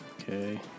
Okay